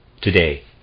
Today